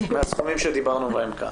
מהסכומים שדברנו בהם כאן.